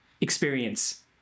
experience